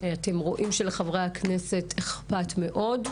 אתם רואים שלחבריה כנסת אכפת מאוד,